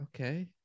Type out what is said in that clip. Okay